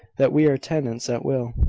that we are tenants at will.